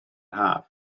haf